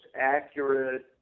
accurate